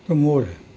تو مور ہے